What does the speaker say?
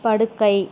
படுக்கை